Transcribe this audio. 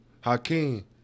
Hakeem